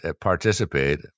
participate